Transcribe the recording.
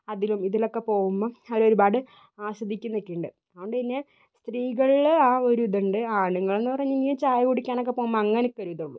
അതിലും ഇതിലും ഒക്കെ പോകുമ്പം അവർ ഒരുപാട് ആസ്വദിക്കുന്നൊക്കെ ഉണ്ട് അതു കൊണ്ടു തന്നെ സ്ത്രീകളിൽ ആ ഒരു ഇതുണ്ട് ഉണ്ട് ആണുങ്ങൾ എന്ന് പറയുമ്പോൾ ചായ കുടിക്കാനൊക്കെ പോകുമ്പോൾ അങ്ങനത്തെ ഒരിതുള്ളൂ